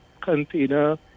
container